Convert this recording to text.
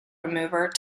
remover